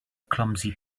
clumsy